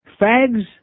Fags